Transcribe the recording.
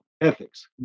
ethics